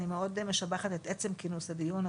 אני מאוד משבחת את עצם כינוס הדיון,